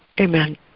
amen